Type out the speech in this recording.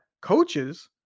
coaches